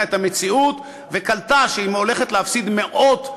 את המציאות וקלטה שהיא הולכת להפסיד מאות,